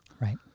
Right